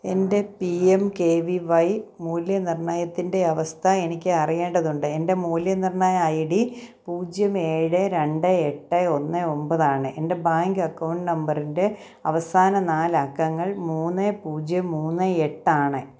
എൻ്റെ P M K V Y മൂല്യനിർണ്ണയത്തിൻ്റെ അവസ്ഥ എനിക്ക് അറിയേണ്ടതുണ്ട് എൻ്റെ മൂല്യനിർണ്ണയ ഐ ഡി പൂജ്യം ഏഴ് രണ്ട് എട്ട് ഒന്ന് ഒമ്പതാണ് എൻ്റെ ബാങ്ക് അക്കൌണ്ട് നമ്പറിൻ്റെ അവസാന നാലക്കങ്ങൾ മൂന്ന് പൂജ്യം മൂന്ന് എട്ടാണ്